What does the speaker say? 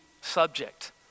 subject